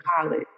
college